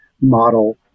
model